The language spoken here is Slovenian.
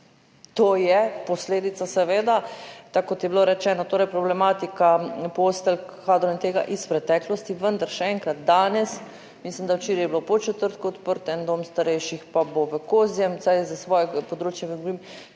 to je posledica seveda, tako kot je bilo rečeno, torej problematika postelj, kadrov in tega iz preteklosti, vendar še enkrat, danes mislim da včeraj je bilo v Podčetrtku odprt en dom starejših pa bo v Kozjem vsaj za svoje področje govorim,